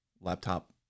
laptop